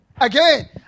again